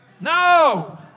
No